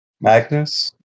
Magnus